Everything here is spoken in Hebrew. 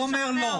הוא אומר לא.